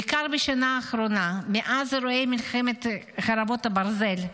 בעיקר בשנה האחרונה, מאז אירועי מלחמת חרבות ברזל,